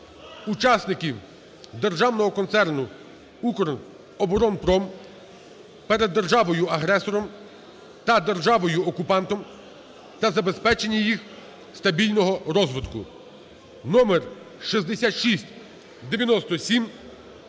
учасників Державного концерну "Укроборонпром" перед державою-агресором та державою окупантом та забезпечення їх стабільного розвитку (№ 6697)